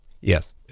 Yes